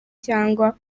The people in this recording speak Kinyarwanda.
cyangwa